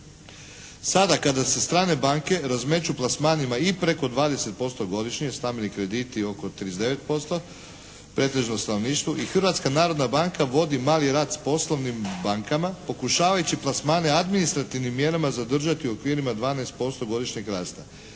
Sada kada se strane banke razmeću plasmanima i preko 20% godišnje, stambeni krediti oko 39%, pretežno u stanovništvu i Hrvatska narodna banka vodi mali rat s poslovnim bankama pokušavajući plasmane administrativnim mjerama zadržati u okvirima 12% godišnjeg rasta.